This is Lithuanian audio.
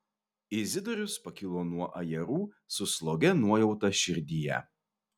izidorius pakilo nuo ajerų su slogia nuojauta širdyje